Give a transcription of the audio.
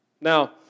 Now